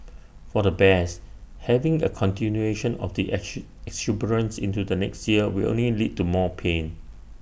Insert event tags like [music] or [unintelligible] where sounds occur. for the bears having A continuation of the [unintelligible] into next year will only lead to more pain